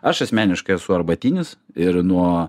aš asmeniškai esu arbatinis ir nuo